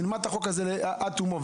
נלמד את החוק הזה עד תומו,